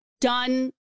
done